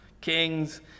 kings